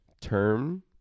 term